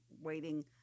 waiting